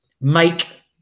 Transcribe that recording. Make